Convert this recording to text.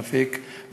בטח כמה חודשים,